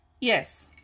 Yes